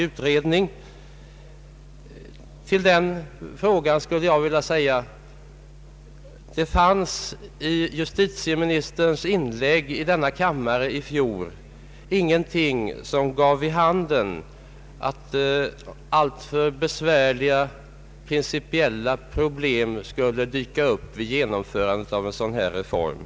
De vill hänskjuta frågan till en allsidig utredning. I justitieministerns inlägg i denna kammare i fjol fanns inte någonting som gav vid handen att alltför besvärliga principiella problem skulle dyka upp vid genomförandet av en sådan här reform.